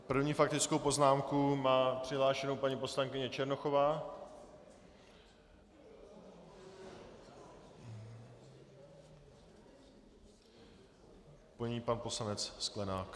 První faktickou poznámku má přihlášenou paní poslankyně Černochová, po ní pan poslanec Sklenák.